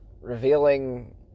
revealing